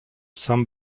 some